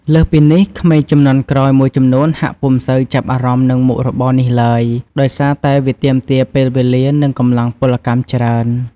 លើសពីនេះ ក្មេងជំនាន់ក្រោយមួយចំនួនហាក់ពុំសូវចាប់អារម្មណ៍នឹងមុខរបរនេះឡើយ ដោយសារតែវាទាមទារពេលវេលា និងកម្លាំងពលកម្មច្រើន។